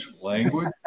language